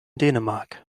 dänemark